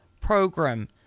program